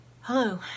Hello